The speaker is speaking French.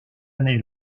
année